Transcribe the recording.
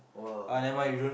!wah!